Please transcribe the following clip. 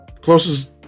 closest